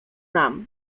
nam